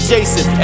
Jason